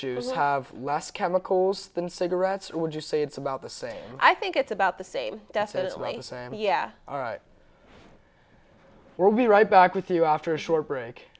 they have less chemicals than cigarettes would you say it's about the same i think it's about the same definitely yeah all right well be right back with you after a short break